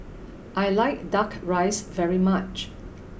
I like Duck Rice very much